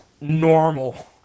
normal